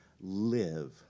live